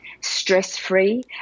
stress-free